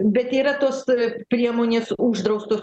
bet yra tos priemonės uždraustos